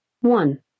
one